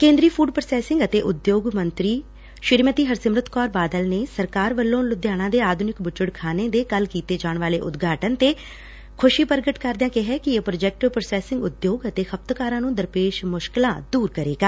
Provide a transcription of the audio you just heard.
ਕੇਂਦਰੀ food processing ਅਤੇ ਉਦਯੋਗ ਮੰਤਰੀ ਹਰਸਿਮਰਤ ਕੌਰ ਬਾਦਲ ਨੇ ਸਰਕਾਰ ਵੱਲੋਂ ਲੁਧਿਆਣਾ ਦੇ ਆਧੁਨਿਕ ਬੁੱਚਤਖਾਨੇ ਦੇ ਕੱਲ ਕੀਤੇ ਜਾਣ ਵਾਲੇ ਉਦਘਾਟਨ ਤੇ ਖੁਸੀ ਪ੍ਰਗਟ ਕਰਦਿਆ ਕਿਹੈ ਕਿ ਇਹ ਪ੍ਰੋਜੈਕਟ ਪ੍ਰੋਸੈਸਿੰਗ ਉਦਯੋਗ ਅਤੇ ਖਪਤਕਾਰਾਂ ਨੂੰ ਦਰਪੇਸ਼ ਮੁਸਕਿਲਾਂ ਦੂਰ ਕਰੇਗਾ